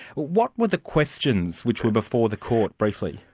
what were the questions which were before the court, briefly?